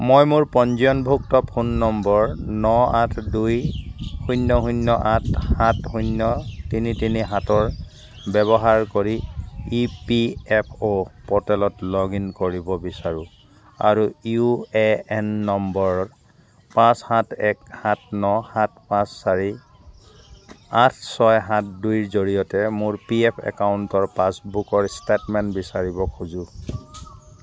মই মোৰ পঞ্জীয়নভুক্ত ফোন নম্বৰ ন আঠ দুই শূন্য শূন্য আঠ সাত শূন্য তিনি তিনি সাতৰ ব্যৱহাৰ কৰি ই পি এফ অ' প'ৰ্টেলত লগ ইন কৰিব বিচাৰোঁ আৰু ইউ এ এন নম্বৰত পাঁচ সাত এক সাত ন সাত পাঁচ চাৰি আঠ ছয় সাত দুই জৰিয়তে মোৰ পি এফ একাউণ্টৰ পাছবুকৰ ষ্টেটমেণ্ট বিচাৰিব খোজোঁ